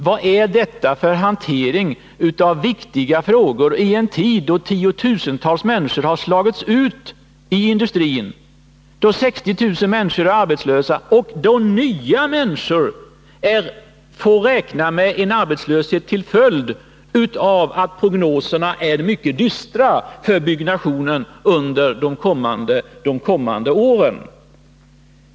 Vad är detta för hantering av viktiga frågor, i en tid då tiotusentals människor har slagits ut i industrin, då 60 000 ungdomar är arbetslösa och då nya människor får räkna med arbetslöshet till följd av att prognoserna är mycket dystra för byggnationen under de kommande åren?